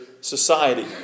society